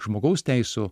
žmogaus teisių